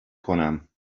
کنم